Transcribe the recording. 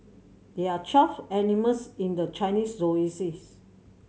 there are twelve animals in the Chinese